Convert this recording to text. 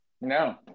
No